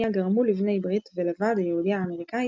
גרמו לבני ברית ולוועד היהודי-האמריקאי